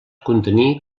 contenir